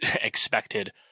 expected